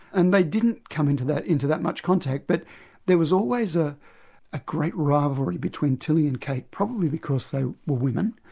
and they didn't come into that into that much contact. but there was always a ah great rivalry between tilley and kate, probably because they were women,